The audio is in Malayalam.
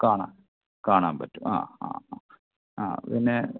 കാണാൻ കാണാൻ പറ്റും ആ ആ ആ ആ പിന്നെ